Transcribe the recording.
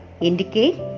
indicate